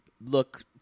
look